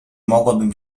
mogłabym